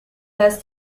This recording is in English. has